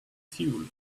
fuel